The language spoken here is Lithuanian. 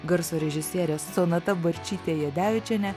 garso režisierė sonata barčytė jadevičienė